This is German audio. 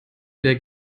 wieder